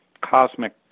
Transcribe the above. cosmic